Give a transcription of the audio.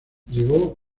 llegó